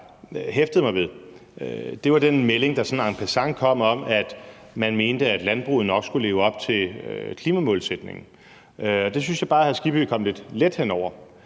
hæftede mig ved, var den melding, der sådan en passant kom, om, at man mente, at landbruget nok skulle leve op til klimamålsætningen. Det synes jeg bare hr. Hans Kristian Skibby kom lidt let hen over,